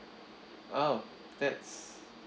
oh that's